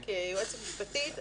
כיועצת משפטית,